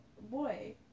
Boy